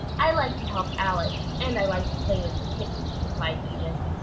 i like to help alice, and i like to play with the kitten, replied edith.